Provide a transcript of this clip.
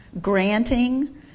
granting